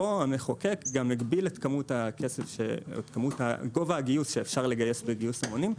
פה המחוקק גם הגביל את גובה הגיוס שאפשר לגייס בגיוס המונים,